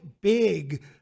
big